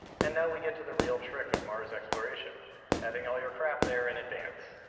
and we get to the real trick of mars exploration having all your crap there in advance.